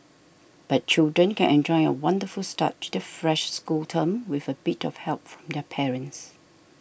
but children can enjoy a wonderful start to the fresh school term with a bit of help from their parents